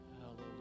Hallelujah